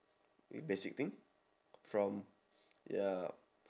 y~ basic thing from ya